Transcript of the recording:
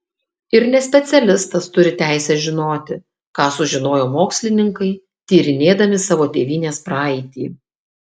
ir nespecialistas turi teisę žinoti ką sužinojo mokslininkai tyrinėdami savo tėvynės praeitį